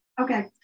Okay